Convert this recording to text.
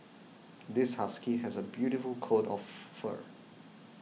this husky has a beautiful coat of fur